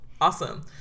Awesome